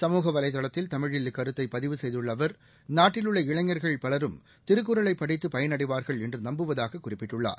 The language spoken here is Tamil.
சமூக வலைதளத்தில் தமிழில் இக்கருத்தை பதிவு செய்துள்ள அவா் நாட்டில் உள்ள இளைஞா்கள் பலரும் திருக்குறளை படித்து பயனடைவார்கள் என்று நம்புவதாகக் குறிப்பிட்டுள்ளார்